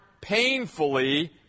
painfully